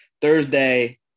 Thursday